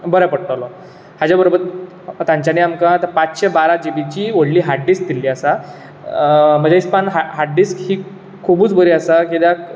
बरे पडटल्लो हाज्या बरोबर तांच्यानी आमकां पांचशे बारा जिबीची व्हडली हार्ड डिस्क दिल्ली आसा म्हज्या हिसपान हार्ड डिस्क हि खुबूच बरी आसा कित्याक